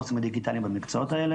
קורסים דיגיטליים במקצועות האלה,